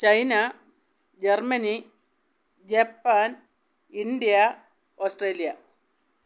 China Germany Japan India Australia